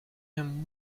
him